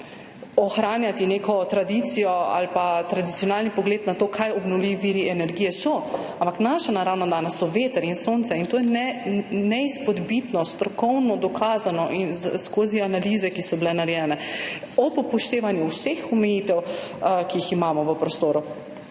ohranjati neko tradicijo ali pa tradicionalni pogled na to, kaj so obnovljivi viri energije, ampak naši naravni danosti sta veter in sonce in to je neizpodbitno strokovno dokazano skozi analize, ki so bile narejene ob upoštevanju vseh omejitev, ki jih imamo v prostoru.